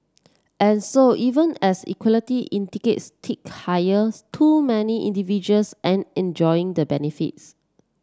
and so even as equity indices tick higher too many individuals and enjoying the benefits